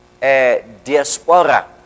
diaspora